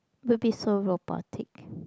will be so robotic